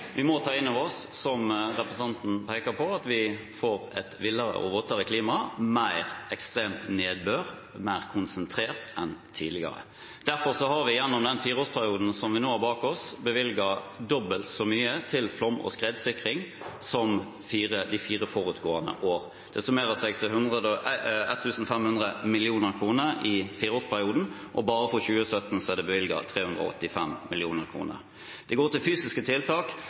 Vi må ta inn over oss, som representanten peker på, at vi får et villere og våtere klima, mer ekstrem nedbør, mer konsentrert enn tidligere. Derfor har vi gjennom den fireårsperioden som vi nå har bak oss, bevilget dobbelt så mye til flom- og skredsikring som de fire foregående årene. Det summerer seg til 1 500 mill. kr i fireårsperioden, og bare for 2017 er det bevilget 385 mill. kr. Det går til fysiske tiltak,